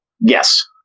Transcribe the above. Yes